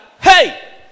hey